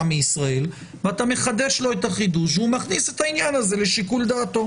מישראל ואתה מחדש לו את החידוש והוא מכניס את העניין הזה לשיקול דעתו.